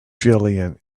jillian